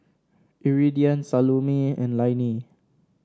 Iridian Salome and Lainey